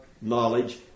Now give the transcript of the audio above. knowledge